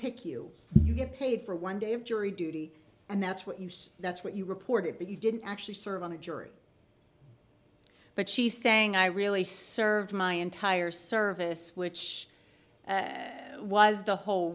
pick you you get paid for one day of jury duty and that's what you say that's what you reported but you didn't actually serve on a jury but she's saying i really served my entire service which was the whole